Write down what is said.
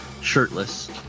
Shirtless